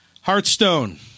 Hearthstone